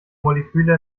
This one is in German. moleküle